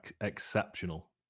exceptional